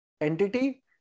entity